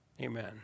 amen